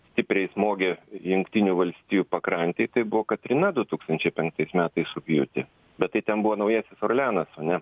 stipriai smogė jungtinių valstijų pakrantei tai buvo katrina du tūkstančiai penktais metais rugpjūtį bet tai ten buvo naujasis orleanas o ne